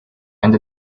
and